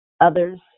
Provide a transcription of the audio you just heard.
others